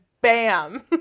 bam